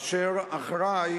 אשר אחראי